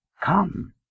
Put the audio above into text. Come